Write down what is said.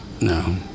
no